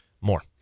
More